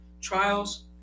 trials